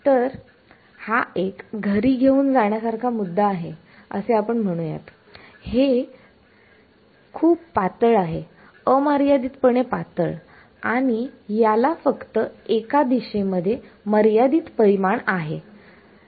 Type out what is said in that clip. तर हा घरी घेऊन जाण्या सारखा मुद्दा आहे असे म्हणू यात की हे खूप पातळ आहे अमर्यादीत पणे पातळ आणि याला फक्त एका दिशेमध्ये मर्यादित परिमाण आहे